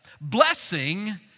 blessing